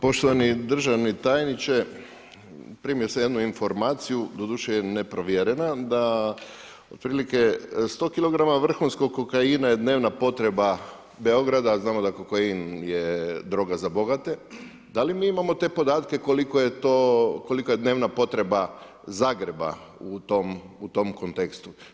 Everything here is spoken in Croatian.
Poštovani državni tajniče, primio sam jednu informaciju, doduše je neprovjerena da otprilike 100kg vrhunskog kokaina je dnevna potreba Beograda a znamo da kokain je droga za bogate, da li mi imamo te podatke kolika je dnevna potreba Zagreba u tom kontekstu?